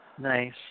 Nice